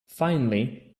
finally